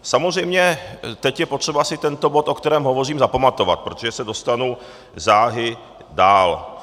Samozřejmě teď je potřeba si tento bod, o kterém hovořím, zapamatovat, protože se dostanu záhy dál.